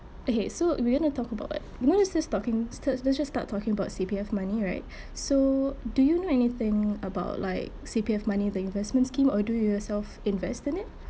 okay so we're gonna talk about like talking let's just start talking about C_P_F money right so do you know anything about like C_P_F money the investment scheme or do you yourself invest in it